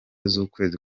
z’ukwezi